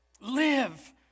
live